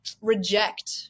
Reject